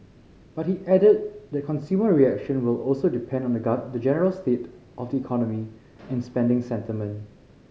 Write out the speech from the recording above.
but he added that consumer reaction will also depend on the general state of the economy and spending sentiment